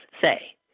say